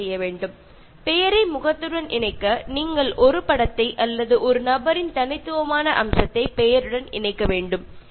നിങ്ങൾക്ക് ഇനിയിപ്പോൾ ഒരാളുടെ മുഖവുമായി പേരിനെ ബന്ധിപ്പിക്കണം എങ്കിൽ നിങ്ങൾക്ക് ഒരു ചിത്രം വച്ചു കൊണ്ടോ പേരിന്റെ ഏതെങ്കിലും പ്രത്യേകതകൾ വച്ചു കൊണ്ടോ ചെയ്യാവുന്നതാണ്